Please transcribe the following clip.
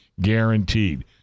Guaranteed